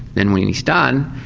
then when he's done,